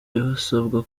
ibisabwa